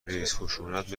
ریزخشونت